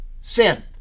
sin